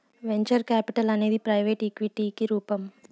venture capital అనేది private ఈక్విటికి రూపం